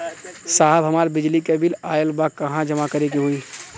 साहब हमार बिजली क बिल ऑयल बा कहाँ जमा करेके होइ?